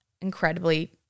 incredibly